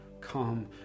Come